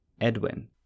Edwin